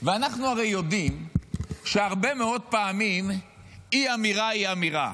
ואנחנו הרי יודעים שהרבה מאוד פעמים אי-אמירה היא אמירה.